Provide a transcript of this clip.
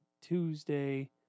Tuesday